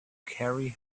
carry